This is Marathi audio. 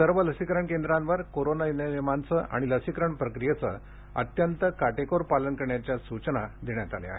सर्व लसीकरण केंद्रांवर कोरोना नियमांचं आणि लसीकरण प्रक्रियेचं अत्यंत काटेकोर पालन करण्याच्या सूचना संबंधितांना देण्यात आल्या आहेत